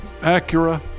Acura